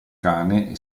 cane